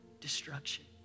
destruction